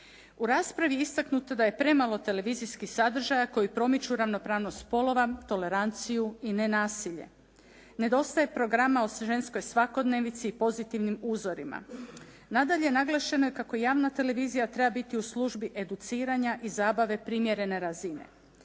U raspravi je istaknuto da je premalo televizijskih sadržaja koji promiču ravnopravnost spolova, toleranciju i nenasilje. Nedostaje programa o ženskoj svakodnevnici, pozitivnim uzorima. Nadalje, naglašeno je kako javna televizija treba biti u službi educiranja i zabave primjerene razine.